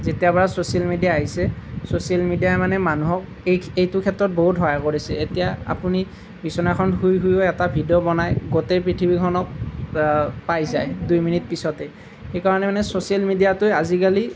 যেতিয়াৰ পৰা social media আহিছে ছ'চিয়েল মিডিয়াই মানে মানুহক এই এইটো ক্ষেত্ৰত বহুত সহায় কৰিছে এতিয়া আপুনি বিচনাখনত শুই শুয়ো এটা ভিডিঅ' বনাই গোটেই পৃথিৱীখনক পাই যায় দুই মিনিট পিছতেই সেইকাৰণে মানে ছ'চিয়েল মিডিয়াটোৱে আজিকালি